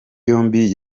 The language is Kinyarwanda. yombi